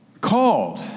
called